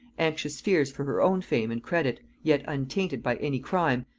anxious fears for her own fame and credit, yet untainted by any crime,